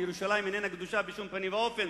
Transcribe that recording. ושירושלים אינה קדושה בשום פנים ואופן.